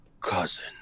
cousin